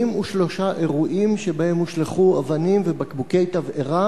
83 אירועים שבהם הושלכו אבנים ובקבוקי תבערה,